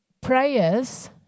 prayers